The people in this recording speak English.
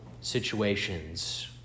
situations